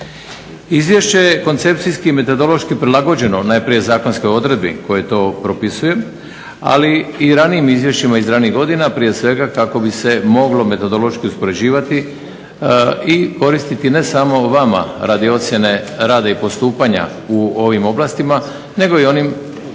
Izvješće je koncepcijski i metodološki prilagođeno, najprije u zakonskoj odredbi koja to propisuje, ali i ranijim izvješćima iz ranijih godina prije svega kako bi se moglo metodološki uspoređivati i koristiti ne samo vama radi ocjene rada i postupanja u ovim oblastima nego i onim